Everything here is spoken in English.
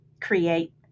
create